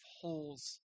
holes